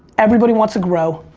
everybody wants to grow.